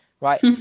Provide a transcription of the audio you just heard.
right